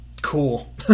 cool